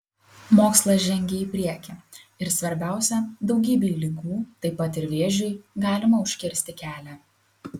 mokslas žengia į priekį ir svarbiausia daugybei ligų taip pat ir vėžiui galima užkirsti kelią